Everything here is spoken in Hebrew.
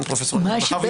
בבקשה.